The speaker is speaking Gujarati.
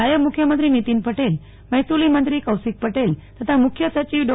નાયબ મુખ્યમંત્રી નીતિનભાઇ પટેલ મહેસૂલ મંત્રી કૌશિકભાઇ પટેલ તથા મુખ્યસચિવ ડૉ